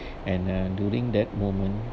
and uh during that moment